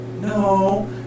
No